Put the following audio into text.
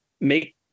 make